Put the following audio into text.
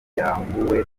yambuwe